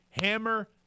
hammer